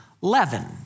leavened